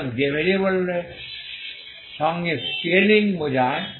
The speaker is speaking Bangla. সুতরাং যে ভেরিয়েবল সঙ্গে স্কেলিং বোঝায়